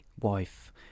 wife